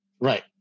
Right